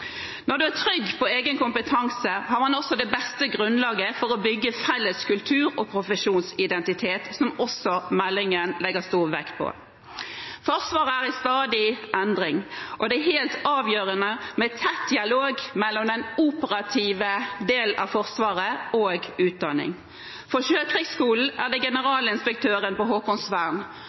Når man er trygg på egen kompetanse, har man også det beste grunnlaget for å bygge felles kultur og profesjonsidentitet, noe som også proposisjonen legger stor vekt på. Forsvaret er i stadig endring, og det er helt avgjørende med tett dialog mellom den operative delen av Forsvaret og utdanningen. For Sjøkrigsskolen er det generalinspektøren på